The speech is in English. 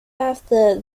after